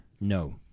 No